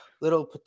little